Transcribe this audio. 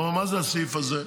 הוא אמר: מה זה הסעיף הזה?